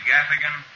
Gaffigan